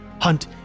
Hunt